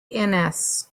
innes